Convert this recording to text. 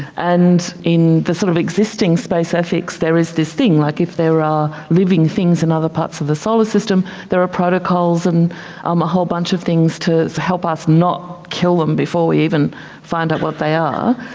and in the sort of existing space affix there is this thing, like if there are living things in other parts of the solar system, there are protocols and um a whole bunch of things to help us not kill them before we even find out what they are.